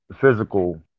physical